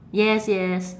yes yes